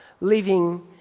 living